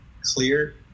clear